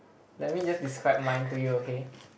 let me just describe mine to you okay